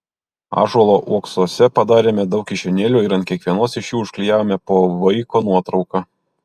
ąžuolo uoksuose padarėme daug kišenėlių ir ant kiekvienos iš jų užklijavome po vaiko nuotrauką